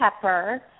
pepper